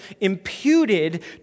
imputed